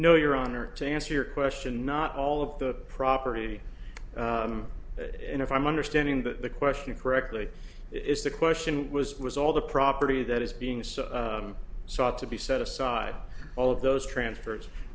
no your honor to answer your question not all of the property in if i'm understanding the question correctly is the question was was all the property that is being so sought to be set aside all of those transfers